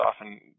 often